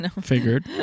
Figured